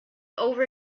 over